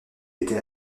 était